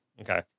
Okay